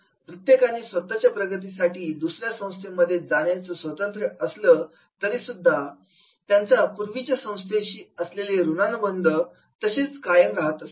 प्रत्येकाला स्वतःच्या प्रगतीसाठी दुसऱ्या संस्थेमध्ये जाण्याचं स्वातंत्र्य असलं तरी सुद्धा त्यांचा पूर्वीच्या संस्थेशी असणारा ऋणानुबंध तसाच कायम राहतो